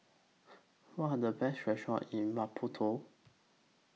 What Are The Best restaurants in Maputo